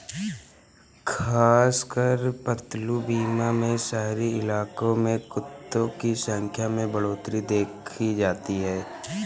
खासकर पालतू बीमा में शहरी इलाकों में कुत्तों की संख्या में बढ़ोत्तरी देखी जाती है